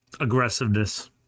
Aggressiveness